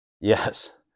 Yes